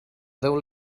déu